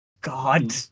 God